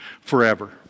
forever